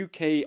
uk